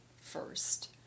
first